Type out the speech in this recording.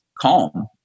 calm